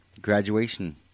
graduation